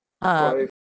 ah